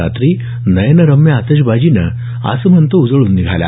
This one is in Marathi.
रात्री नयनरम्य आतषबाजीनं आसमंत उजळून निघाला